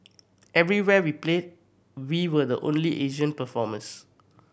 everywhere we played we were the only Asian performers